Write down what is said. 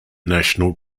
national